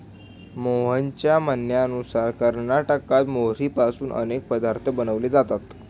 मोहनच्या म्हणण्यानुसार कर्नाटकात मोहरीपासून अनेक पदार्थ बनवले जातात